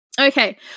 Okay